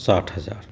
साठि हजार